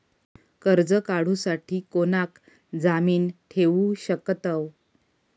कर्ज काढूसाठी कोणाक जामीन ठेवू शकतव?